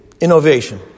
innovation